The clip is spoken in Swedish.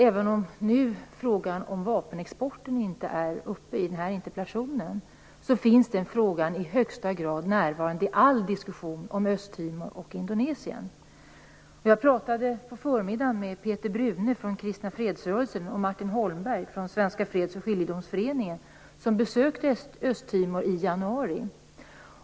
Även om frågan om vapenexporten inte togs upp i interpellationen är den i högsta grad närvarande i alla diskussioner om Östtimor och Indonesien. Under förmiddagen talade jag med Peter Brune från kristna fredsrörelsen och Martin Holmberg från Svenska freds och skiljedomsföreningen. De besökte Östtimor i januari.